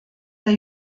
der